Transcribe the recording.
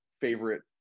favorite